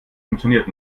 funktioniert